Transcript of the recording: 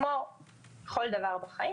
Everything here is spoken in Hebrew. כמו כל דבר בחיים,